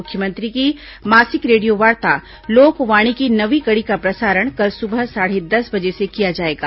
मुख्यमंत्री की मासिक रेडियोवार्ता लोकवाणी की नौवीं कड़ी का प्रसारण कल सुबह साढ़े दस बजे से किया जाएगा